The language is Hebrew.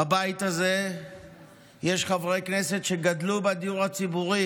בבית הזה יש חברי כנסת שגדלו בדיור הציבורי